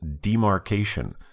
demarcation